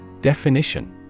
Definition